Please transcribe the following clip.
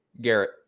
Garrett